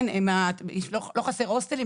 לא חסר הוסטלים,